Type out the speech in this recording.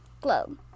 globe